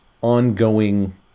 ongoing